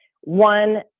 One